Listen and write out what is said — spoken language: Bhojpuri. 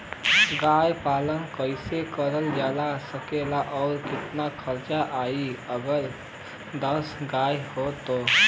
गाय पालन कइसे करल जा सकेला और कितना खर्च आई अगर दस गाय हो त?